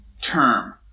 term